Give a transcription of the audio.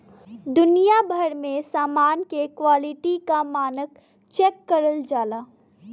दुनिया भर में समान के क्वालिटी क मानक चेक करल जाला